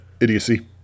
idiocy